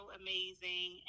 amazing